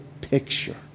picture